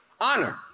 Honor